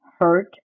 hurt